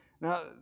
Now